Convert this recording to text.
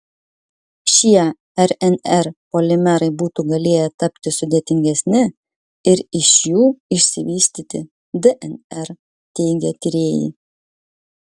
šie rnr polimerai būtų galėję tapti sudėtingesni ir iš jų išsivystyti dnr teigia tyrėjai